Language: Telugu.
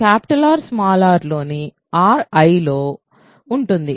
R rలోని అన్ని r Iలో ఉంటుంది